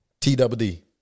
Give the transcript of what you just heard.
TWD